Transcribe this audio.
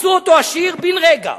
עשו אותו עשיר בן-רגע.